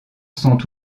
sont